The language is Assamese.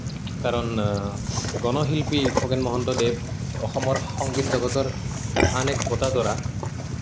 কাৰণ গণশিল্পী খগেন মহন্তদেৱ অসমৰ সংগীত জগতৰ আম এক ভোটাতৰা